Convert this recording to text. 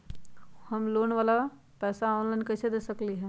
हम लोन वाला पैसा ऑनलाइन कईसे दे सकेलि ह?